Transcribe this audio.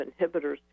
inhibitors